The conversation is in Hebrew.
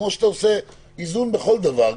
כמו שאתה עושה איזון בכל דבר,